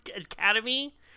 academy